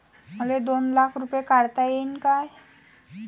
मले दोन लाख रूपे काढता येईन काय?